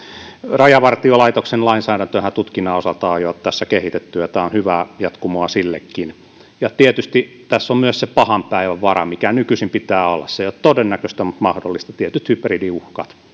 rajavartiolaitoksen lainsäädäntöähän tutkinnan osalta on jo kehitetty ja tämä on hyvää jatkumoa sillekin tietysti tässä on myös se pahan päivän vara mikä nykyisin pitää olla se ei ole todennäköistä mutta mahdollista tietyille hybridiuhkille